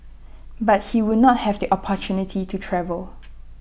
but he would not have the opportunity to travel